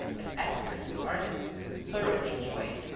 as experts and artists, thoroughly enjoyed.